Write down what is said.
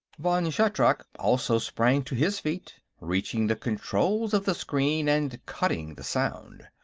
vann shatrak also sprang to his feet, reaching the controls of the screen and cutting the sound.